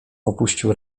opuścił